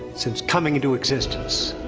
since coming into existence.